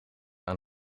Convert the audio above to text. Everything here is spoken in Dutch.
aan